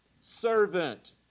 servant